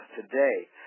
today